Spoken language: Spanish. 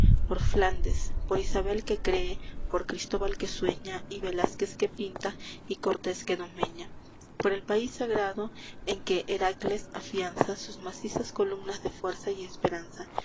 por flandes por isabel que cree por cristóbal que sueña y velázquez que pinta y cortés que domeña por el país sagrado en que herakles afianza sus macizas columnas de fuerza y esperanza